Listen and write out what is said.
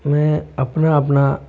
मैं अपना अपना